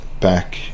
back